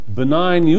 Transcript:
benign